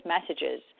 messages